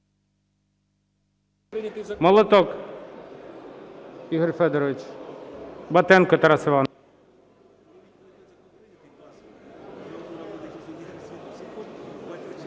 Молоток Ігор Федорович. Батенко Тарас Іванович.